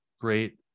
great